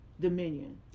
dominion